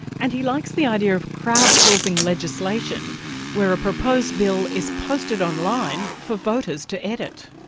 and he likes the idea of crowd-sourcing legislation where a proposed bill is posted online for voters to edit.